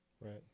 right